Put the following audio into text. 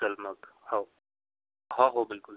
चल मग हो हो हो बिलकुल